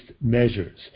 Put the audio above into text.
measures